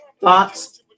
Thoughts